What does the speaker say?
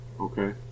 Okay